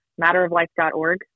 matteroflife.org